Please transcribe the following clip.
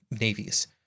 navies